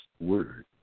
word